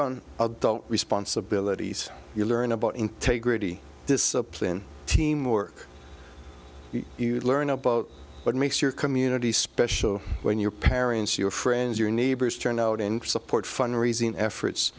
on adult responsibilities you learn about integrity discipline teamwork you learn about what makes your community special when your parents your friends your neighbors turn out and support fund raising efforts